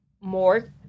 more